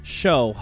show